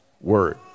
word